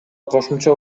кошумча